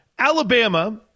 Alabama